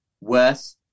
worse